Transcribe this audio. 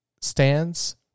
stands